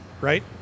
right